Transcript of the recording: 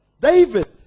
David